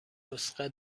نسخه